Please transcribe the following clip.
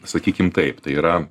sakykim taip tai yra